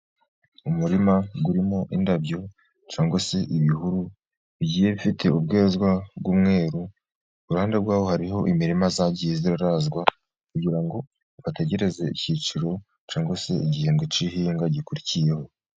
Umurima urimo indabyo ,cyangwa se ibihuru bigiye bifite ubwerezwa bw'umweru, iruhande rwaho hariho imirima yagiye irarazwa ,kugira ngo bategereze icyiciro cyangwa se igihembwe cy'ihinga gikurikiyeho.